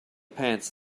pants